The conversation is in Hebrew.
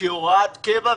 בהוראת קבע.